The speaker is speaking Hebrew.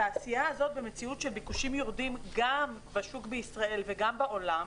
התעשייה הזו במציאות של ביקושים יורדים גם בשוק בישראל וגם בעולם,